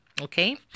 okay